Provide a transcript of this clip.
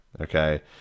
Okay